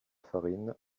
farine